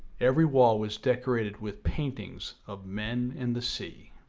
every wall was decorated with paintings of men and the sea.